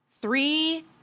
Three